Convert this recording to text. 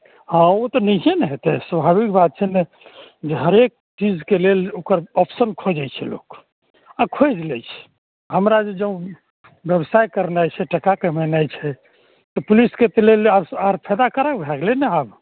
हँ ओ तऽ नहिये ने हेतय स्वाभाविक बात छै ने जे हरेक चीजके लेल ओकर ऑप्शन खोजय छै लोक आओर खोजि लै छै हमरा जे जँ व्यवसाय करनाइ छै टाका कमेनाइ छै तऽ पुलिसके तऽ लेल आब फायदाकारक भए गेलय ने आब